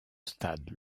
stade